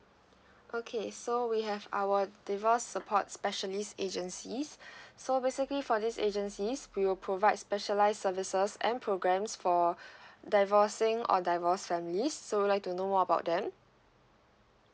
okay so we have our divorce support specialist agencies so basically for these agencies we will provide specialise services and programs for divorcing or divorced families so would you like to know more about them